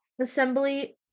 assembly